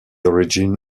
origin